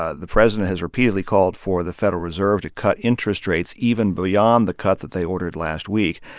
ah the president has repeatedly called for the federal reserve to cut interest rates even beyond the cut that they ordered last week.